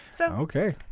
Okay